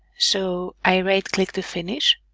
so, i right-click to finish